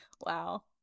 Wow